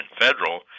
federal